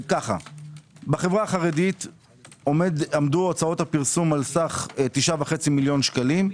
בחברה החרדית עמדו הוצאות הפרסום על סך 9.5 מיליון שקלים,